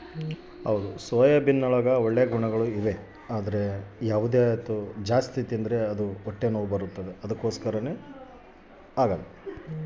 ಸೋಯಾಬೀನ್ನಗ ಒಳ್ಳೆ ಗುಣಗಳಿದ್ದವ ಜಾಸ್ತಿ ತಿಂದ್ರ ಹೊಟ್ಟೆನೋವು ಬರುತ್ತೆ ಅಂತ ನಾವು ದೀನಾ ಮಾಡಕಲ್ಲ